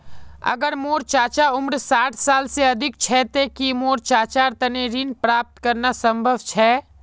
अगर मोर चाचा उम्र साठ साल से अधिक छे ते कि मोर चाचार तने ऋण प्राप्त करना संभव छे?